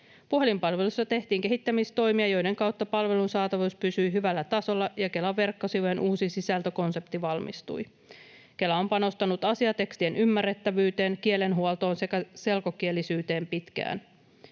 Puhelinpalvelussa tehtiin kehittämistoimia, joiden kautta palvelun saatavuus pysyi hyvällä tasolla, ja Kelan verkkosivujen uusi sisältökonsepti valmistui. Kela on panostanut asiatekstien ymmärrettävyyteen, kielenhuoltoon sekä selkokielisyyteen pitkään.